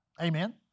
Amen